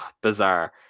Bizarre